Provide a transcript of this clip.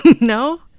no